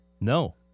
No